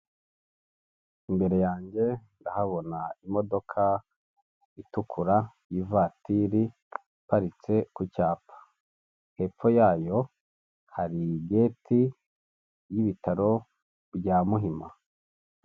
Imbere yanjye ndahabona imodoka itukura, ivatiri iparitse ku cyapa, hepfo yayo hari geti y'ibitaro bya Muhima.